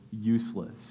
useless